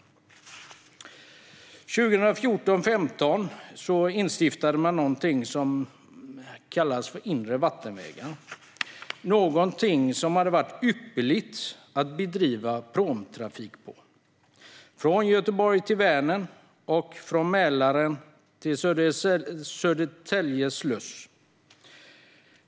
Under 2014-2015 instiftade man något som kallas för inre vattenvägar, som hade varit ypperligt att bedriva pråmtrafik på från Göteborg till Vänern och från Mälaren till Södertälje sluss.